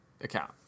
account